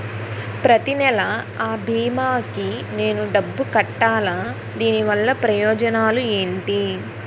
ప్రతినెల అ భీమా కి నేను డబ్బు కట్టాలా? దీనివల్ల ప్రయోజనాలు ఎంటి?